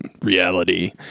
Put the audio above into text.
reality